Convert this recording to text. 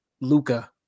Luca